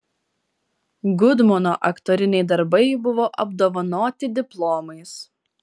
gudmono aktoriniai darbai buvo apdovanoti diplomais